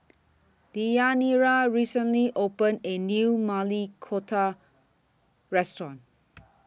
Deyanira recently opened A New Maili Kofta Restaurant